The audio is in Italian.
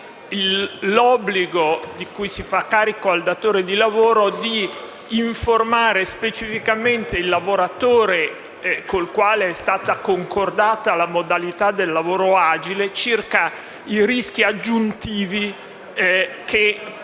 l'obbligo, di cui si fa carico al datore di lavoro, di informare specificamente il lavoratore con il quale è stata concordata la modalità del lavoro agile circa i rischi aggiuntivi che può correre